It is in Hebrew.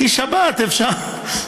כי שבת אפשר,